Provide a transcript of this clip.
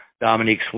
Dominique